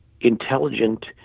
intelligent